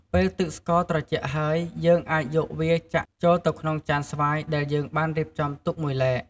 ពេលទឹកស្ករត្រជាក់ហើយ យើងអាចយកវាចាក់ចូលទៅក្នុងចានស្វាយដែលយើងបានរៀបចំទុកមួយឡែក។